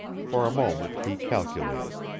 for a moment he calculated.